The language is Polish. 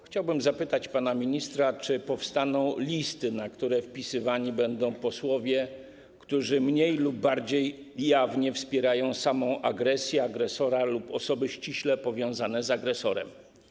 Chciałbym zapytać pana ministra o to, czy powstaną listy, na które wpisywani będą posłowie, którzy mniej lub bardziej jawnie wspierają samą agresję, agresora lub osoby ściśle powiązane z agresorem.